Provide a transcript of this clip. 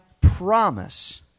promise